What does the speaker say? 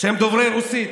שהם דוברי רוסית.